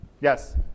Yes